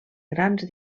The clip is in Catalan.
grans